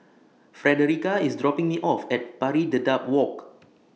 Frederica IS dropping Me off At Pari Dedap Walk